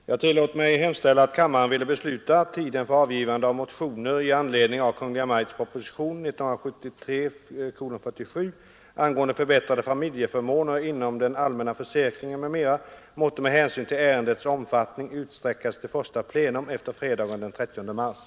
Herr talman! Jag tillåter mig hemställa att kammaren ville besluta att tiden för avgivande av motioner i anledning av Kungl. Maj:ts proposition 1973:47 angående förbättrade familjeförmåner inom den allmänna försäkringen, m.m. måtte med hänsyn till ärendets omfattning utsträckas till första plenum efter fredagen den 30 mars.